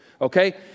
okay